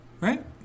right